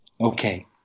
Okay